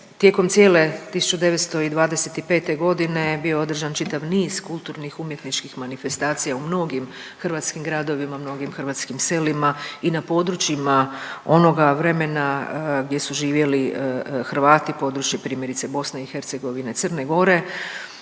tijekom cijele 1925.g. je bio održan čitav niz kulturnih umjetničkim manifestacija u mnogim hrvatskim gradovima, mnogim hrvatskim selima i na područjima onoga vremena gdje su živjeli Hrvati …/Govornik se ne razumije./…primjerice BiH, Crne Gore,